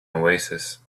oasis